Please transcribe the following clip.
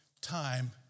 Time